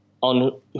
on